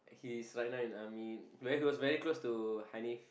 he's right now in army very close very close to Haniff